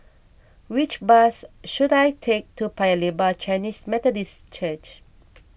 which bus should I take to Paya Lebar Chinese Methodist Church